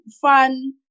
fun